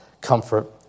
comfort